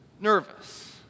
nervous